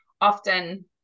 often